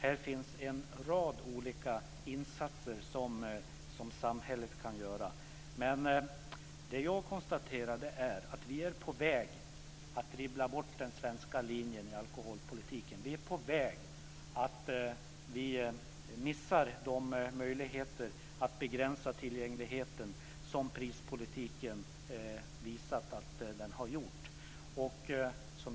Här finns en rad olika insatser som samhället kan göra. Det jag konstaterar är att vi är på väg att dribbla bort den svenska linjen i alkoholpolitiken. Vi är på väg att missa de möjligheter att begränsa tillgängligheten som prispolitiken har inneburit.